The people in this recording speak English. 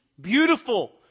beautiful